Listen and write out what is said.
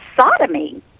sodomy